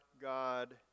God